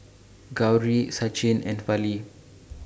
Gauri Sachin and Fali